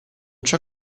ciò